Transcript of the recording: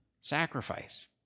sacrifice